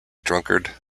drunkard